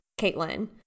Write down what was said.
Caitlin